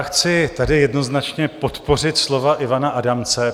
Chci tady jednoznačně podpořit slova Ivana Adamce.